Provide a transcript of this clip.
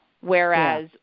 Whereas